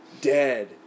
dead